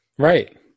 Right